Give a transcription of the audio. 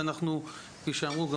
וכפי שאמרו,